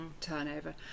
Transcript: turnover